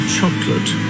chocolate